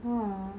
!wow!